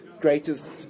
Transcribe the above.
greatest